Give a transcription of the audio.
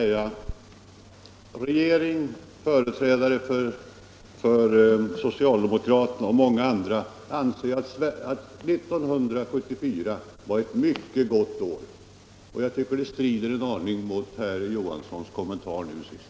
Fru talman! Regeringen, såsom företrädare för socialdemokraterna och många andra, tycker att 1974 var ett gott år. Jag tycker att det strider en aning mot denna kommentar av herr Knut Johansson i Stockholm.